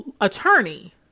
attorney